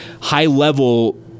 high-level